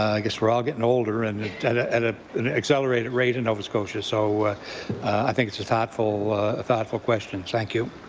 i guess we're all getting older and and at ah an accelerated rate in nova scotia, so i think it's a thoughtful thoughtful question. thank you.